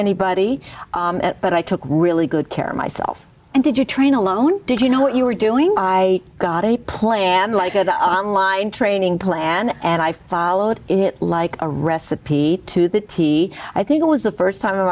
anybody but i took really good care of myself and did you train alone did you know what you were doing i got a plan like on line train plan and i followed it like a recipe to the tee i think it was the st time in